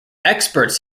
experts